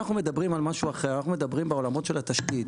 אנחנו מדברים על משהו אחרת אנחנו מדברים בעולמות של התשתית.